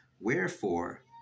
Wherefore